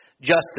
justice